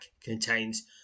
contains